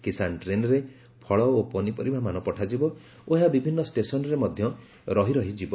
କିଶାନ୍ ଟ୍ରେନ୍ରେ ଫଳ ଓ ପନିପରିବାମାନ ପଠାଯିବ ଓ ଏହା ବିଭିନ୍ନ ଷ୍ଟେସନ୍ରେ ମଧ୍ୟ ରହି ରହି ଯିବ